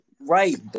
Right